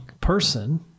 person